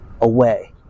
away